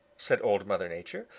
said old mother nature,